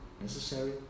necessary